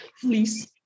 please